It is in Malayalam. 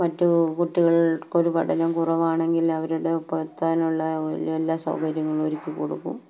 മറ്റു കുട്ടികൾക്കൊരു പഠനം കുറവാണെങ്കിൽ അവരുടെയൊപ്പം എത്താനുള്ള എല്ലാ സൗകര്യങ്ങളും ഒരുക്കിക്കൊടുക്കും